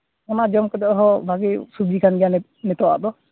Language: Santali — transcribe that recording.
ᱚᱱᱟ ᱡᱚᱢ ᱠᱟᱛᱮᱫ ᱦᱚᱸ ᱵᱷᱟᱹᱜᱤ ᱥᱤᱵᱤᱞ ᱠᱟᱱ ᱜᱮᱭᱟ ᱱᱤᱛᱚᱜ ᱟᱜ ᱫᱚ